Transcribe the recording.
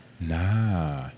Nah